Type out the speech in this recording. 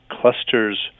clusters